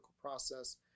process